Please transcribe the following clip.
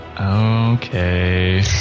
Okay